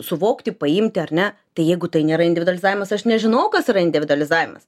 suvokti paimti ar ne tai jeigu tai nėra individualizavimas aš nežinau kas yra individualizavimas